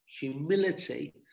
humility